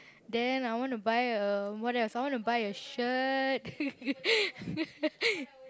then I want to buy a what else I want to buy a shirt